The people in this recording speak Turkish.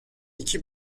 iki